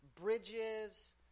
Bridges